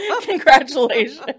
Congratulations